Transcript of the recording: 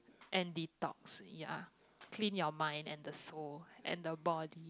and detox ya clean your mind and the soul and the body